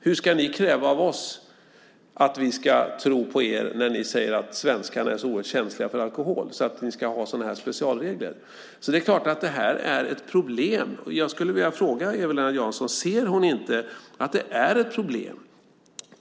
Hur kan ni kräva att vi ska tro på er när ni säger att svenskarna är så känsliga för alkohol att ni måste ha specialregler? Det är givetvis ett problem. Jag skulle vilja fråga Eva-Lena Jansson om hon inte anser att det är ett problem.